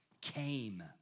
came